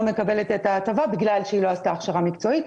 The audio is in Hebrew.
מקבלת את ההטבה בגלל שהיא לא עשתה הכשרה מקצועית.